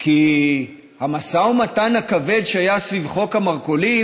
כי המשא ומתן הכבד שהיה סביב חוק המרכולים